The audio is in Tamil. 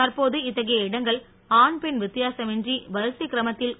தற்போது இத்தகைய இடங்கள் ஆண் பெண் வித் தியாசமின் றி வரிசைக் கிரமத் தி ல்